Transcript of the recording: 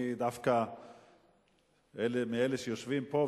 אני דווקא מאלה שיושבים פה,